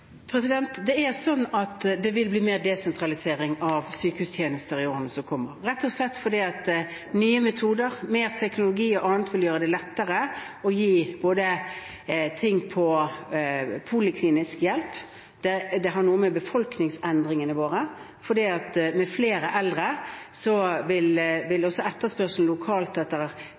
Det er slik at det vil bli mer desentralisering av sykehustjenester i årene som kommer, rett og slett fordi nye metoder, mer teknologi og annet vil gjøre det lettere å gi bl.a. poliklinisk hjelp. Det handler om befolkningsendringene, for med flere eldre vil også etterspørselen lokalt etter visse typer behandling og hjelp være større. Det betyr etter min mening at en sannsynligvis vil